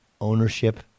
ownership